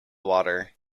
water